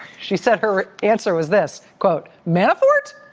she said her answer was this. manafort?